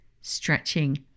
stretching